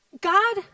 God